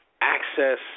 access